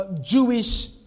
Jewish